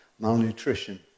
Malnutrition